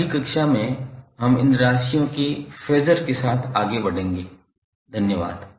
अगली कक्षा में हम इन राशियों के फेज़र के साथ आगे बढ़ेंगे धन्यवाद